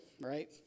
right